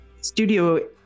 studio